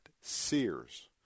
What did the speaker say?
Sears